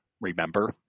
remember